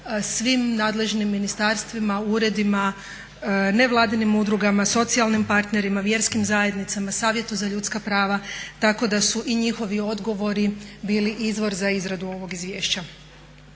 svim nadležnim ministarstvima, uredima, nevladinim udrugama, socijalnim partnerima, vjerskim zajednicama, Savjetu za ljudska prava tako da su i njihovi odgovori bili izvor za izradu ovog izvješća.